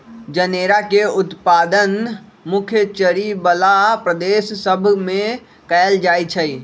जनेरा के उत्पादन मुख्य चरी बला प्रदेश सभ में कएल जाइ छइ